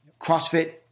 CrossFit